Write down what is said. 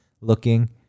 looking